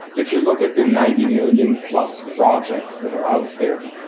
if you look at the ninety million plus projects that are out there,